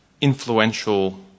influential